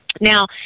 Now